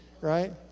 right